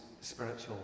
spiritual